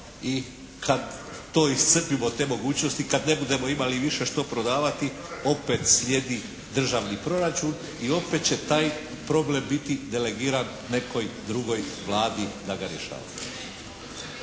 i kad to iscrpimo te mogućnosti, kad ne budemo imali više što prodavati opet slijedi državni proračun i opet će taj problem biti delegiran nekoj drugoj Vladi da ga rješava.